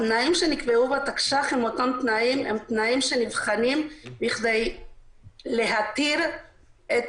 התנאים שנקבעו בתקש"ח הם תנאים שנבחנים בכדי להתיר את